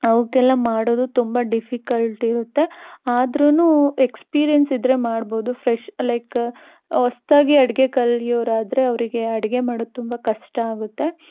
ಅವಕ್ಕೆಲ್ಲ ಮಾಡೋದು ತುಂಬ ಡಿಫಿಕಲ್ಟ್ ಇರುತ್ತೆ ಆದ್ರೂನು ಎಕ್ಸ್ಪೀರಿಯೆನ್ಸ್ ಇದ್ದರೆ ಮಾಡ್ಬೋದು ಫ್ರೆಶ್ ಲೈಕ್ ಹೊಸ್ತಾಗಿ ಅಡಿಗೆ ಕಲಿಯೋರಾದ್ರೆ ಅವರಿಗೆ ಅಡಿಗೆ ಮಾಡೋದು ತುಂಬ ಕಷ್ಟ ಆಗುತ್ತೆ